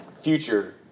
future